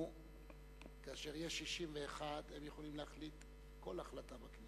כאשר יש 61, הם יכולים להחליט כל החלטה.